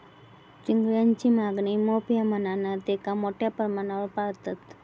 चिंगळांची मागणी मोप हा म्हणान तेंका मोठ्या प्रमाणावर पाळतत